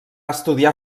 estudiar